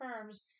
firms